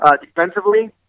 Defensively